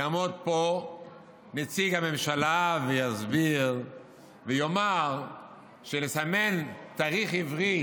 יעמוד פה נציג הממשלה ויסביר ויאמר שלסמן תאריך עברי